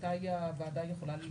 מתי הוועדה יכולה להתכנס.